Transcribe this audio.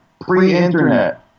Pre-internet